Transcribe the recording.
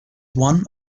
one